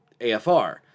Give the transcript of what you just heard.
AFR